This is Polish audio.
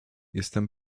jestem